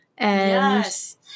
Yes